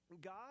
God